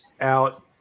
out